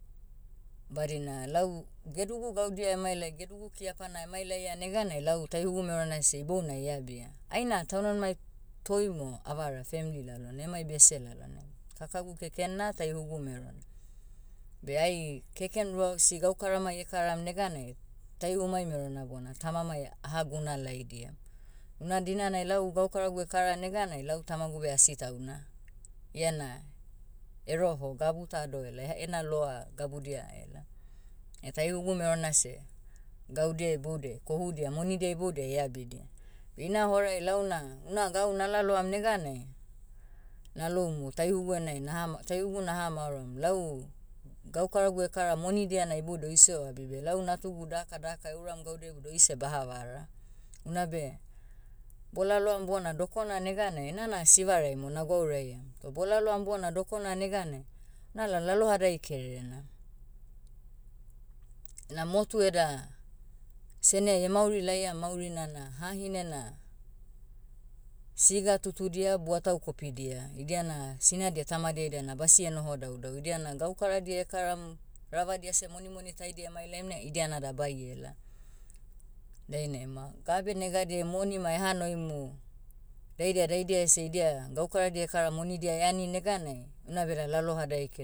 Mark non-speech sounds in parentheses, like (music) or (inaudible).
Badina lau, gedugu gaudia emailai gedugu kiapana emailaia neganai lau taihugu merona ese ibounai eabia. Aina taunmanimai, toi mo avara femli lalonai emai bese lalonai. Kakagu keken na taihugu merona. Beh ai, keken ruaosi gaukaramai ekaram neganai, taihumai merona bona tamamai, aha guna laidiam. Una dinanai lau gaukaragu ekara neganai lau tamagu beh asi tauna. Iana, eroho gabu ta doh ela. Ehe- ena loa, gabudia ela. (hesitation) taihugu merona seh, gaudia iboudiai kohudia monidia iboudiai eabidia. Ina horai launa, una gau nalaloam neganai, naloumu taihugu enai naha ma- taihugu naha maoroam lau, gaukaragu ekara monidia na iboudiai oise oabi beh lau natugu daka daka euram gaudia iboudai oise baha vara. Unabe, bolaloam bona dokona neganai enana sivarai mo nagwauraiam. Toh bolaloam bona dokona neganai, nala lalohadai kererena. Na motu eda, seneai emauri laiam maurina na hahine na, siga tutudia buatau kopidia. Idia na, sinadia tamadia ida na basie noho daudau idia na gaukaradia ekaram, ravadia seh monimoni taidia emailaim na idia nada baiela. Dainai ma gabe negadiai moni ma eha noimu, daidia daidia ese idia, gaukaradia ekara monidia eani neganai, una beda lalohadai